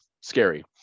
scary